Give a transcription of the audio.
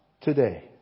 today